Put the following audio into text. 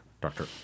doctor